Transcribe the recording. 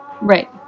Right